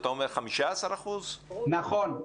ואתה אומר 15%. נכון.